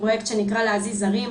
פרויקט שנקרא: "להזיז הרים",